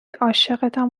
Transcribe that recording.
عاشقتم